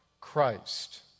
Christ